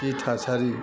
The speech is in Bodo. जि थासारि